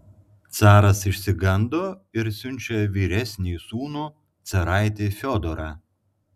caras išsigando ir siunčia vyresnįjį sūnų caraitį fiodorą